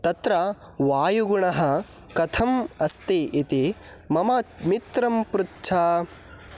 तत्र वायुगुणः कथम् अस्ति इति मम मित्रं पृच्छ